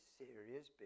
serious